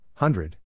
Hundred